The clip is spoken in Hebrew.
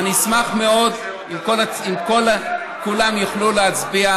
ואני אשמח מאוד אם כולם יוכלו להצביע